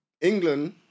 England